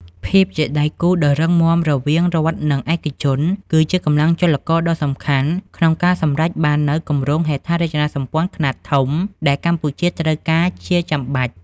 ភាពជាដៃគូដ៏រឹងមាំរវាងរដ្ឋ និងឯកជន គឺជាកម្លាំងចលករដ៏សំខាន់ក្នុងការសម្រេចបាននូវគម្រោងហេដ្ឋារចនាសម្ព័ន្ធខ្នាតធំ ដែលកម្ពុជាត្រូវការជាចាំបាច់។